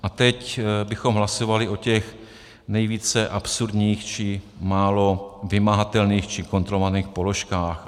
A teď bychom hlasovali o těch nejvíce absurdních či málo vymahatelných či kontrolovaných položkách.